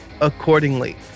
accordingly